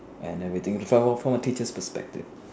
and everything from a from a teacher's perspective